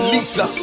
Lisa